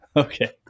Okay